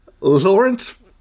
Lawrence